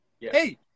Hey